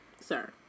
sir